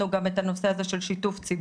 לצוות יש כתבי